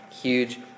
huge